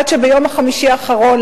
עד שביום חמישי האחרון,